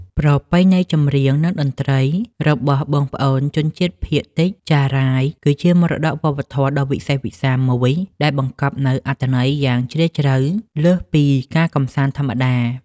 ប្រពៃណីចម្រៀង និងតន្ត្រីរបស់បងប្អូនជនជាតិភាគតិចចារាយ គឺជាមរតកវប្បធម៌ដ៏វិសេសវិសាលមួយ ដែលបង្កប់នូវអត្ថន័យយ៉ាងជ្រាលជ្រៅលើសពីការកម្សាន្តធម្មតា។